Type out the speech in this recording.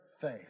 faith